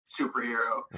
superhero